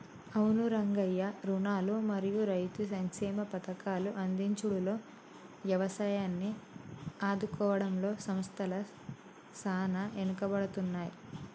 అవును రంగయ్య రుణాలు మరియు రైతు సంక్షేమ పథకాల అందించుడులో యవసాయాన్ని ఆదుకోవడంలో సంస్థల సాన ఎనుకబడుతున్నాయి